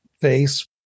face